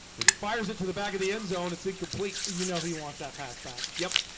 and he fires it to the back of the end zone. it's incomplete. you know, he wants that pass back. yep.